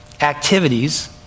activities